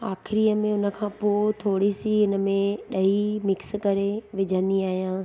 आख़िरीअ में उन खां पोइ थोरी सी उनमें ॾही मिक्स करे विझंदी आहियां